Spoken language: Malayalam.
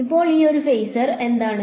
അപ്പോൾ ഇപ്പോൾ ഒരു ഫേസർ എന്താണ്